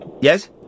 Yes